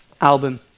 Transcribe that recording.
album